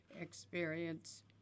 experience